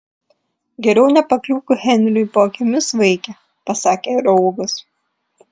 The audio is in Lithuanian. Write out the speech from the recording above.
geriau nepakliūk henriui po akimis vaike pasakė raugas